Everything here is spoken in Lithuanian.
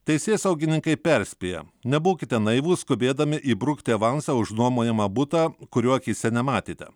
teisėsaugininkai perspėja nebūkite naivūs skubėdami įbrukti avansą už nuomojamą butą kurio akyse nematėte